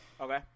Okay